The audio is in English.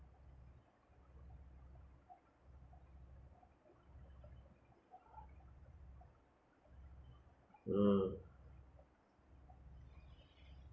ah